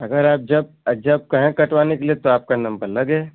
अगर आप जब जब कहें कटवाने के लिए तो आपका नंबर लगे